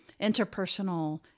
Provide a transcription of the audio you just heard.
interpersonal